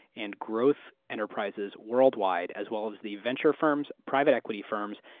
and growth enterprises worldwide as well as the venture firms, private equity firms,